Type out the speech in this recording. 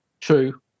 true